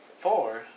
four